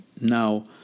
Now